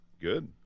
good